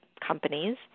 companies